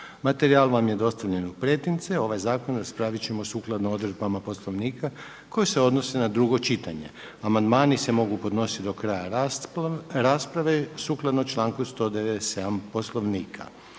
Materijal vam je dostavljen u pretince. Ovaj zakon raspravit ćemo sukladno odredbama Poslovnika koje se odnose na drugo čitanje. Amandmani se mogu podnositi do kraja rasprave sukladno članku 197. Poslovnika.